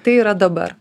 tai yra dabar